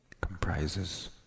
comprises